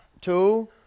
two